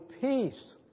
peace